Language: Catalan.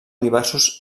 diversos